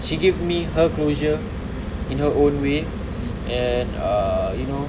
she give me her closure in her own way and uh you know